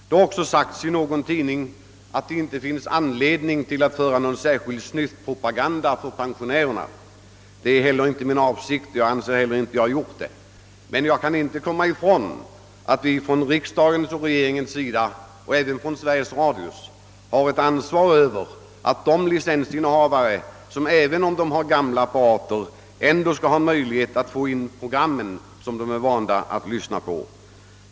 Det har också framhållits i någon tidning, att det inte finns anledning att föra någon särskild snyftpropaganda för pensionärerna. Det är inte heller min avsikt, och jag anser mig inte heller ha gjort det, men vi kan inte komma ifrån att riksdag, regering och Sveriges Radio har ansvar för att även licensinnehavare med gamla apparater skall kunna ta in de program som de är vana att lyssna på.